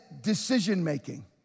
decision-making